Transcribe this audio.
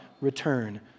return